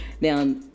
Now